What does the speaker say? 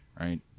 right